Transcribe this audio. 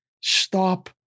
Stop